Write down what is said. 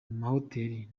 mahoteli